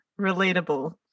relatable